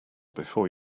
before